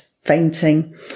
fainting